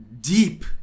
deep